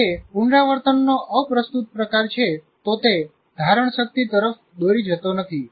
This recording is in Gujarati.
જો તે પુનરાવર્તનનો અપ્રસ્તુત પ્રકાર છે તો તે ધારણશક્તિ તરફ દોરી જતો નથી